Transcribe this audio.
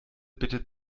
bitte